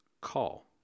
call